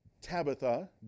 Tabitha